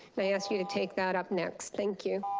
and i ask you to take that up next. thank you.